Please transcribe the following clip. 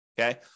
Okay